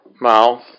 mouth